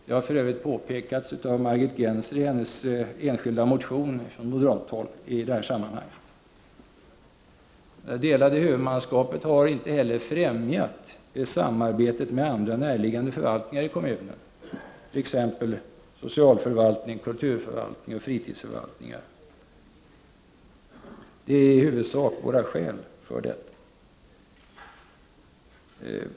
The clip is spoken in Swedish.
Det har för övrigt påpekats av moderaten Margit Gennser i hennes enskilda motion. Det delade huvudmannaskapet har inte heller främjat samarbetet med andra närliggande förvaltningar i kommunen, t.ex. socialförvaltning, kulturförvaltning och fritidsförvaltning. Det är i huvudsak våra skäl.